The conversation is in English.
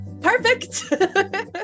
perfect